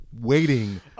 waiting